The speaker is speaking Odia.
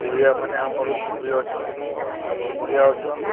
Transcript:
ଓଡ଼ିଆମାନେ ଆମର୍ ବି ଅଛନ୍ ସମ୍ବଲ୍ପୁରିଆ ଅଛନ୍